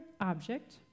object